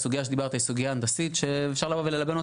הסוגייה שדיברת עליה היא סוגייה הנדסית שאפשר לבוא וללבן אותה.